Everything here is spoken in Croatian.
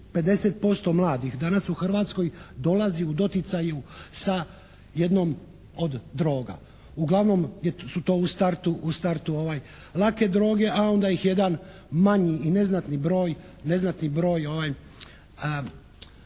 50% mladih danas u Hrvatskoj dolazi u doticaj sa jednom od droga. Uglavnom su to u startu lake droge, a onda ih jedan manji i neznatni broj se